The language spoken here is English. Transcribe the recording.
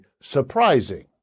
surprising